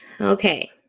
Okay